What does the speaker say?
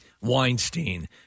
Weinstein